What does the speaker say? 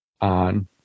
on